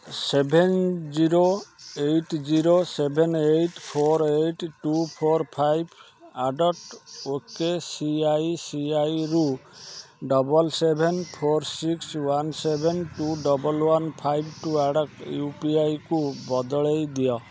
seven zero eight zero seven four eight two four five eight okay ସିଆଇସିଆଇରୁ double seven four six one seven two double one five two eight ଇଉପିଆଇକୁ ବଦଳାଇ ଦିଅ